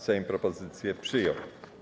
Sejm propozycję przyjął.